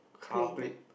car plate